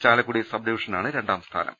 Chalakudy sub ഡിവിഷനാണ് രണ്ടാംസ്ഥാനം